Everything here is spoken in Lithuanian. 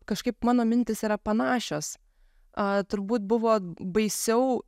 kažkaip mano mintys yra panašios turbūt buvo baisiau